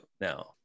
now